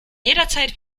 jederzeit